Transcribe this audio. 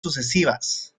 sucesivas